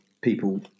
people